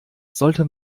sollte